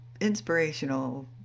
inspirational